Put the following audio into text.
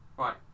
Right